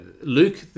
Luke